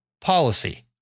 policy